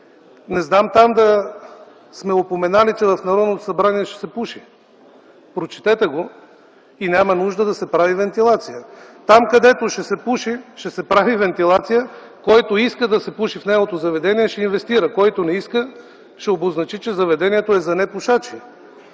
Не знам там да сме упоменали, че в Народното събрание ще се пуши. Прочетете го и няма нужда да се прави вентилация. Там, където ще се пуши, ще се прави вентилация. Който иска да се пуши в неговото заведение – ще инвестира. Който не иска – ще обозначи, че заведението е за непушачи.